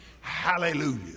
Hallelujah